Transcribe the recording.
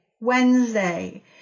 Wednesday